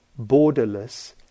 borderless